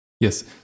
Yes